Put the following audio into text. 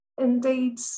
Indeed